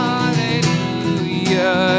Hallelujah